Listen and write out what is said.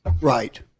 Right